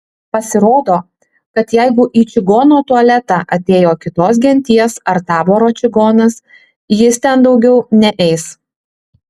pasirodo kad jeigu į čigono tualetą atėjo kitos genties ar taboro čigonas jis ten daugiau neeis